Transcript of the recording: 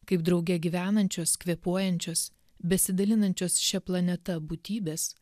kaip drauge gyvenančios kvėpuojančios besidalinančios šia planeta būtybės